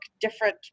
different